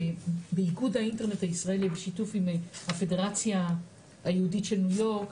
שבאיגוד האינטרנט הישראלי ובשיתוף עם הפדרציה היהודית של ניו יורק,